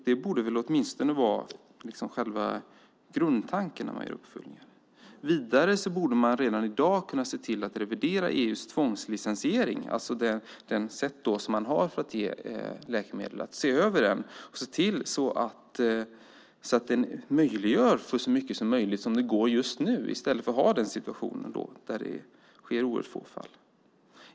Det borde åtminstone vara själva grundtanken. Vidare borde man redan i dag kunna se till att revidera EU:s tvångslicensiering, sättet att ge läkemedel, se över den och se till att den möjliggör så mycket som möjligt just nu, i stället för att ha den situationen att det sker i oerhört få fall.